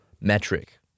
metric